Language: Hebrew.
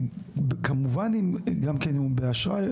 כמובן אם גם כן הוא באשרה,